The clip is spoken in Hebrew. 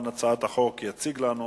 את הצעת החוק יציג לנו